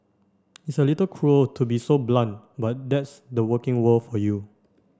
it's a little cruel to be so blunt but that's the working world for you